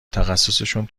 تخصصشون